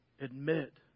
Admit